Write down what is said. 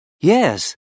Yes